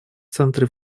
центре